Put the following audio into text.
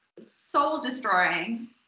soul-destroying